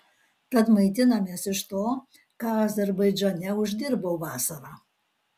tad maitinamės iš to ką azerbaidžane uždirbau vasarą